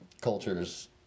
cultures